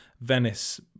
venice